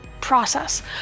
process